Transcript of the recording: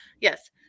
yes